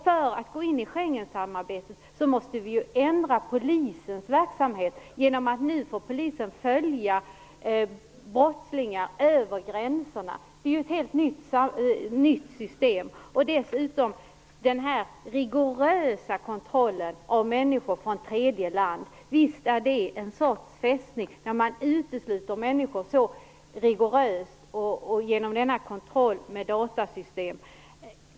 För att gå in i Schengensamarbetet måste vi ändra polisens verksamhet. Polisen får följa brottslingar över gränserna. Det är ett helt nytt system. Dessutom har vi den rigorösa kontrollen av människor från tredje land. Visst är det en sorts fästning. Man utesluter människor genom rigorös kontroll med datasystem.